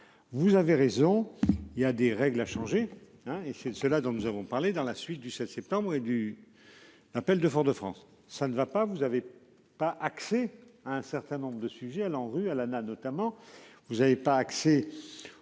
Vous avez raison, il y a des règles à changé hein et c'est cela dont nous avons parlé dans la suite du 7 septembre et du. Appel de Fort-de-France. Ça ne va pas vous avez pas accès à un certain nombre de sujets allant rue à la a notamment vous avez pas accès.